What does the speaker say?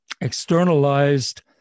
externalized